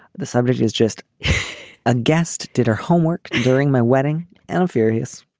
the subject is just a guest. did her homework during my wedding and various